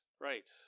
right